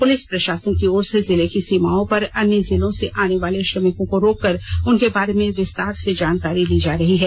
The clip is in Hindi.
पुलिस प्रषासन की ओर से जिले की सीमाओं पर अन्य राज्यों से आने वाले श्रमिकों को रोककर उनके बारे में विस्तार से जानकारी ली जा रही है